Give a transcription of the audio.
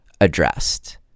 addressed